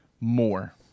More